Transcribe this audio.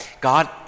God